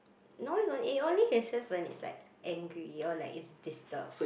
no it's not it only hisses when it's like angry or like it's disturbed